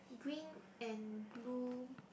green and blue